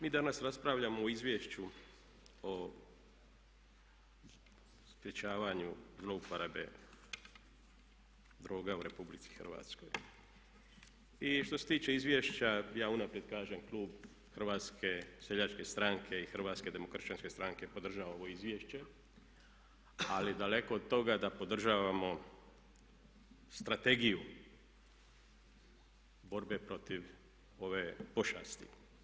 Mi danas raspravljamo o Izvješću o sprječavanju zlouporabe droga u RH i što se tiče izvješća ja unaprijed kažem klub Hrvatske seljačke stranke i Hrvatske demokršćanske stranke podržava ovo izvješće ali daleko od toga da podržavamo strategiju borbe protiv ove pošasti.